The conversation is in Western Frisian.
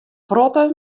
protte